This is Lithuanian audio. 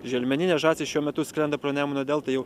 želmeninės žąsys šiuo metu skrenda pro nemuno deltą jau